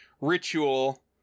ritual